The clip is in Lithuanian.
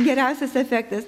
geriausias efektas